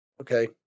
okay